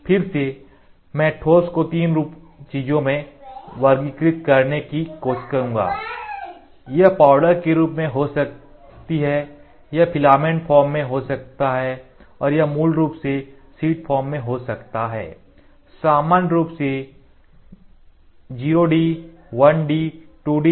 फिर से मैं ठोस रूप को 3 चीजों में वर्गीकृत करने की कोशिश करूँगा यह पाउडर के रूप में हो सकती हैं यह फिलामेंट फॉर्म में हो सकता है यह मूल रूप से शीट फॉर्म में हो सकता है सामान्य रूप से 0D 1D 2D